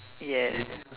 yeah